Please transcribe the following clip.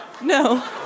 No